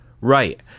Right